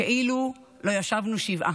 כאילו לא ישבנו שבעה.